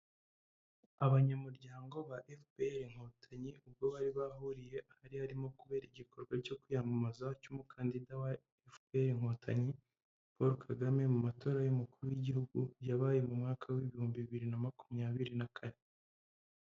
Abanyamuryango ba FPR inkotanyi ubwo baribahuriye ahari harimo kubera igikorwa cyo kwiyamamaza cy'umukandida wa FPR inkotanyi Paul Kagame mu matora y'Umukuru w'Igihugu yabaye mu mwaka w'ibihumbi bibiri na makumyabiri na kane.